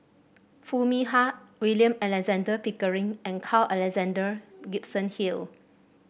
Foo Mee Har William Alexander Pickering and Carl Alexander Gibson Hill